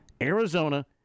arizona